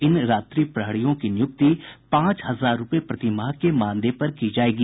इन रात्रि प्रहरियों की नियुक्ति पांच हजार रुपये प्रतिमाह के मानदेय पर की जायेगी